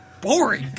boring